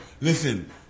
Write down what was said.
Listen